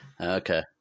Okay